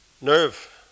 nerve